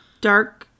dark